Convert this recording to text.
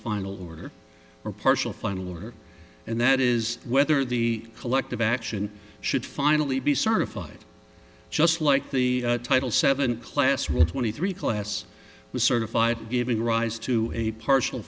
final order or partial final order and that is whether the collective action should finally be certified just like the title seven class with twenty three class was certified giving rise to a partial